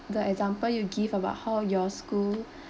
the example you give about how your school